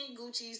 Gucci's